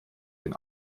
den